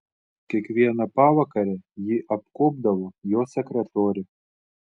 kiekvieną pavakarę jį apkuopdavo jo sekretorė